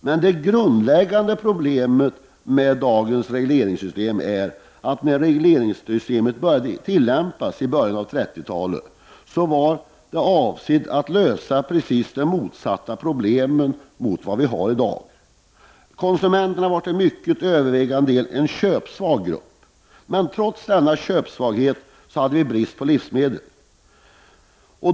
Men det grundläggande problemet med dagens reglering är att när regleringssystemet började tillämpas i början av 1930-talet var systemet avsett att lösa precis motsatta problem mot vad vi har i dag. Konsumenterna var till en mycket övervägande del en köpsvag grupp. Trots denna köpsvaghet hade vi brist på livsmedel.